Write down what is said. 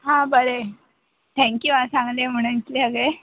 हां बरें थँक्यू आं सांगलें म्हणून इतलें सगळें